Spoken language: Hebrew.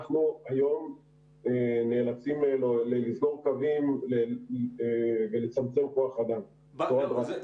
אנחנו היום נאלצים לסגור קווים ולצמצם כוח אדם בצורה דרסטית.